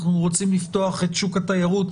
אנחנו רוצים לפתוח את שוק התיירות,